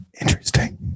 Interesting